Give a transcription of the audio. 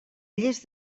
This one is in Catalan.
lles